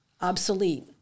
obsolete